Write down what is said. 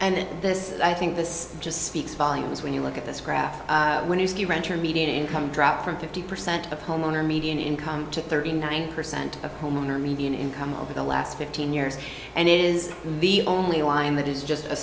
and i think this just speaks volumes when you look at this graph when you see renter median income dropped from fifty percent of homeowner median income to thirty nine percent of homeowner median income over the last fifteen years and it is the only one that is just a